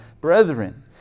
Brethren